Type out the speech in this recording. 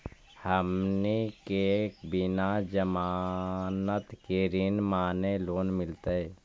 हमनी के बिना जमानत के ऋण माने लोन मिलतई?